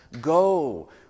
Go